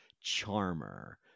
charmer